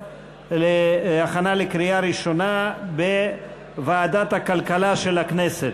להכנה לקריאה ראשונה בוועדת הכלכלה של הכנסת.